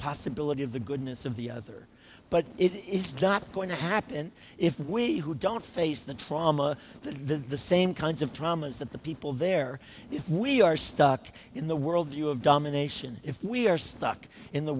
possibility of the goodness of the other but it's not going to happen if we who don't face the trauma that the same kinds of traumas that the people there if we are stuck in the world view of domination if we are stuck in the